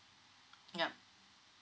yup